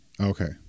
Okay